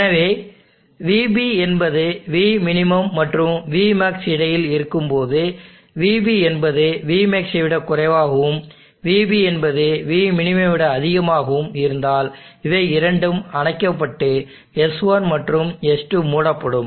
எனவே vB என்பது vmin மற்றும் vmaxl இடையில் இருக்கும்போது vB என்பது vmax ஐ விட குறைவாகவும் vB என்பது vmin ஐ விட அதிகமாகவும் இருந்தால் இவை இரண்டும் அணைக்கப்பட்டு S1 மற்றும் S2 மூடப்படும்